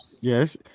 Yes